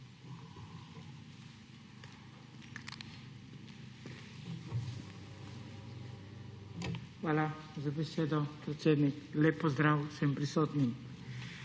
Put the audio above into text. Hvala za besedo, predsednik. Lep pozdrav vsem prisotnim!